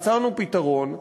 יצרנו פתרון,